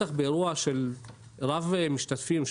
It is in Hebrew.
בטח באירוע של רב משתתפים,